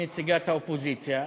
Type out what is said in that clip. כנציגת האופוזיציה,